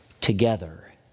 together